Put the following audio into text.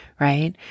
right